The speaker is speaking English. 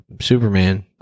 Superman